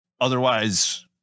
Otherwise